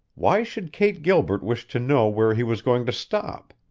why should kate gilbert wish to know where he was going to stop?